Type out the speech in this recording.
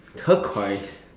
turquoise